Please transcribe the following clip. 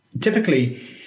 typically